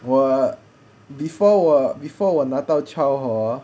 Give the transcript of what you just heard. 我 before 我 before 我拿到 child hor